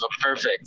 perfect